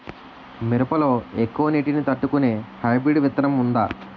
మిరప లో ఎక్కువ నీటి ని తట్టుకునే హైబ్రిడ్ విత్తనం వుందా?